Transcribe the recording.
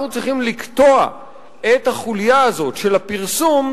אנחנו צריכים לקטוע את החוליה הזאת של הפרסום,